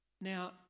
Now